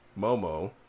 momo